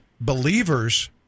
believers